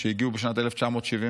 שהגיעו בשנת 1976,